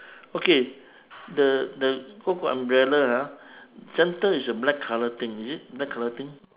okay the the oh got umbrella ah center is a black colour thing is it black colour thing